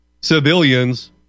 civilians